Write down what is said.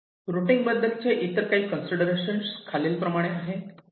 routing बद्दलचे इतर काही कन्सिडरेशन्स खालील प्रमाणे आहे